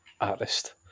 artist